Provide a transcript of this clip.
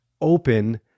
open